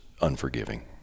unforgiving